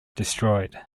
destroyed